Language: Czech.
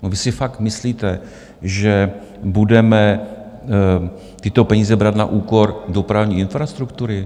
Vy si fakt myslíte, že budeme tyto peníze brát na úkor dopravní infrastruktury?